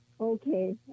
Okay